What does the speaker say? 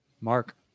Mark